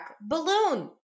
balloon